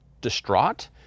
distraught